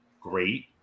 great